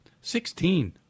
Sixteen